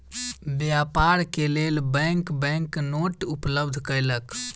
व्यापार के लेल बैंक बैंक नोट उपलब्ध कयलक